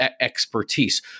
expertise